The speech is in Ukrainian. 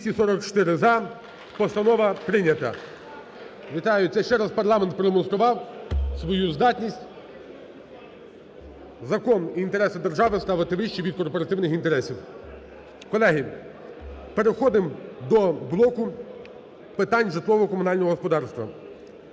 Вітаю. Це ще раз парламент продемонстрував свою здатність закон і інтереси держави ставити вище від корпоративних інтересів. Колеги, переходимо до блоку питань житлово-комунального господарства.